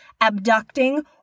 abducting